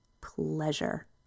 pleasure